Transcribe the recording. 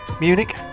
Munich